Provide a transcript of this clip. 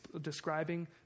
describing